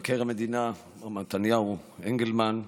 מבקר המדינה מר מתניהו אנגלמן,